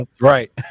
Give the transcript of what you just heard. right